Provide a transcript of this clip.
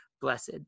Blessed